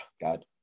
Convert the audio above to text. God